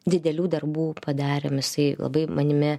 didelių darbų padarėm jisai labai manimi